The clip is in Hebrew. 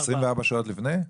24 שעות לפני?